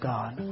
God